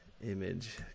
image